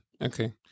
okay